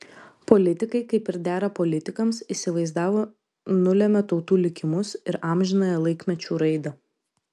politikai kaip ir dera politikams įsivaizdavo nulemią tautų likimus ir amžinąją laikmečių raidą